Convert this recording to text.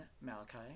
Malachi